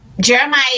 Jeremiah